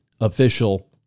official